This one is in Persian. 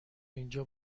اینجا